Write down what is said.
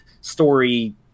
story